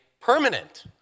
permanent